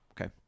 Okay